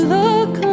look